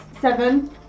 Seven